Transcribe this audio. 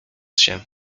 się